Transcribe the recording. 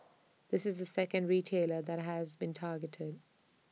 this is the second retailer that has been targeted